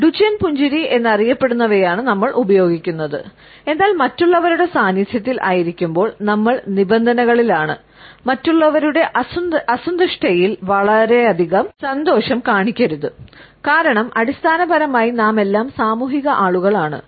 Duchenne പുഞ്ചിരി എന്നറിയപ്പെടുന്നവയാണ് നമ്മൾ ഉപയോഗിക്കുന്നത് എന്നാൽ മറ്റുള്ളവരുടെ സാന്നിധ്യത്തിൽ ആയിരിക്കുമ്പോൾ നമ്മൾ നിബന്ധനകളിലാണ് മറ്റുള്ളവരുടെ അസന്തുഷ്ടിയിൽ വളരെയധികം സന്തോഷം കാണിക്കരുത് കാരണം അടിസ്ഥാനപരമായി നാമെല്ലാം സാമൂഹിക ആളുകൾ ആണ്